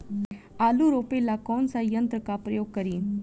आलू रोपे ला कौन सा यंत्र का प्रयोग करी?